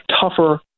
tougher